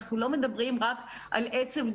אנחנו לא מדברים רק על עצב,